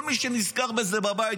כל מי שנזכר בזה בבית,